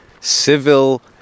civil